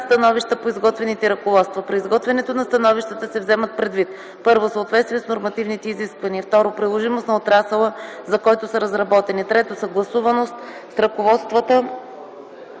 становища по изготвените ръководства. При изготвянето на становищата се вземат предвид: 1. съответствие с нормативните изисквания; 2. приложимост на отрасъла, за който са разработени; 3. съгласуваност с ръководствата